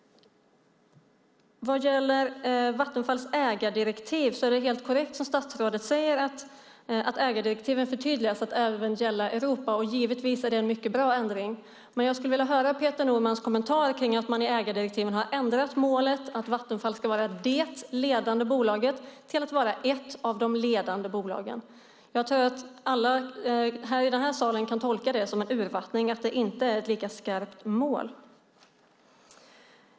När det gäller Vattenfalls ägardirektiv är det helt korrekt som statsrådet säger att ägardirektiven förtydligas till att även gälla Europa, och det är givetvis en mycket bra ändring. Men jag skulle vilja höra Peter Normans kommentar till att man i ägardirektiven har ändrat målet att Vattenfall ska vara "det ledande bolaget" till att vara "ett av de ledande bolagen". Jag tror att alla i den här salen kan tolka det som en urvattning och tycka att det inte är ett lika skarpt mål.